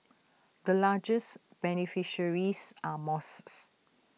the largest beneficiaries are mosques